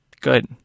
good